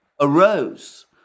arose